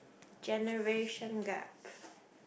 generation gap